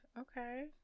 okay